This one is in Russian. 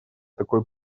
такой